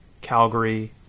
Calgary